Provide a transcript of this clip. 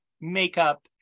makeup